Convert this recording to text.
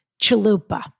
chalupa